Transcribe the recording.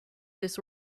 this